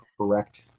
correct